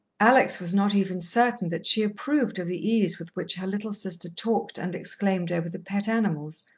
alex was not even certain that she approved of the ease with which her little sister talked and exclaimed over the pet animals,